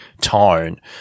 tone